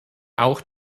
auch